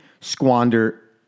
squander